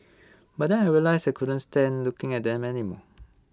but then I realize I couldn't stand looking at them anymore